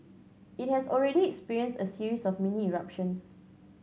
it has already experienced a series of mini eruptions